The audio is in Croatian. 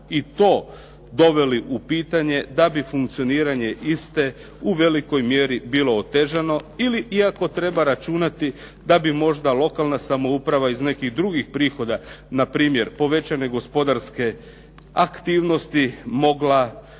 i to doveli u pitanje da bi funkcioniranje iste u velikoj mjeri bilo otežano ili iako treba računati da bi možda lokalna samouprava iz nekih drugih prihoda, na primjer povećane gospodarske aktivnosti mogla kumulirati